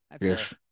Yes